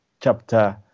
chapter